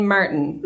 Martin